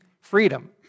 Freedom